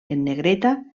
negreta